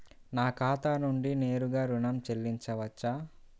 నా ఖాతా నుండి నేరుగా ఋణం చెల్లించవచ్చా?